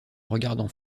regardant